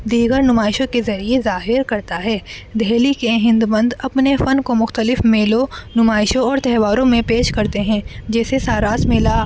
دیگر نمائشوں کے ذریعے ظاہر کرتا ہے دہلی کے ہنر مند اپنے فن کو مختلف میلوں نمائشوں اور تہواروں میں پیش کرتے ہیں جیسے ساراس میلہ